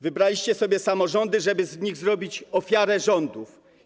Wybraliście sobie samorządy, żeby z nich zrobić ofiarę rządów.